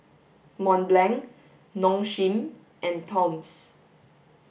Mont Blanc Nong Shim and Toms